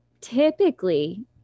typically